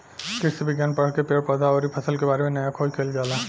कृषि विज्ञान पढ़ के पेड़ पौधा अउरी फसल के बारे में नया खोज कईल जाला